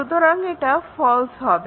সুতরাং এটা ফলস্ হবে